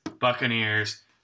Buccaneers